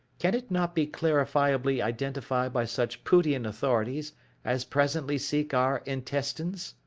can it not be clarifiably identified by such pootian authorities as presently seek our intestines?